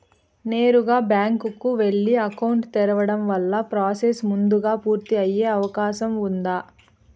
నేరుగా బ్యాంకు కు వెళ్లి అకౌంట్ తెరవడం వల్ల ప్రాసెస్ ముందుగా పూర్తి అయ్యే అవకాశం ఉందా?